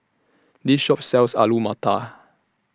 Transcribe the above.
This Shop sells Alu Matar